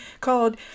called